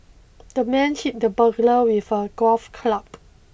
the man hit the burglar with a golf club